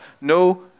no